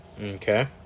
Okay